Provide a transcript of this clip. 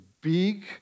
big